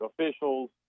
officials